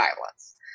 violence